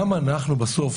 גם אנחנו בסוף,